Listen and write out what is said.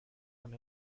and